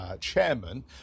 chairman